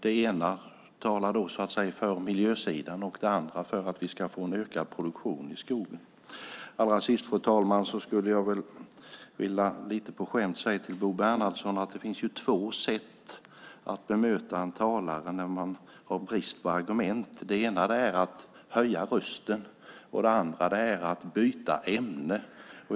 Det ena talar för miljösidan, det andra för att vi ska få ökad produktion i skogen. Fru talman! Allra sist skulle jag lite på skämt vilja säga till Bo Bernhardsson att det finns två sätt att bemöta en talare när man har brist på argument. Det ena är att höja rösten. Det andra är att byta ämne.